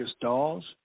dolls